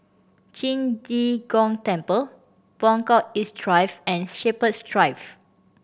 Qing De Gong Temple Buangkok East Drive and Shepherds Drive